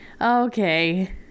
Okay